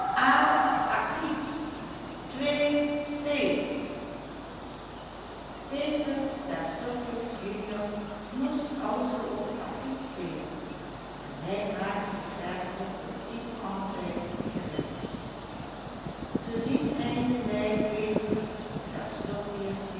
petrus stastokius junior moest alzoo op het acquit spelen en hij maakte zich werkelijk tot dien arbeid gereed te dien einde lei petrus